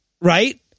right